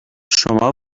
شما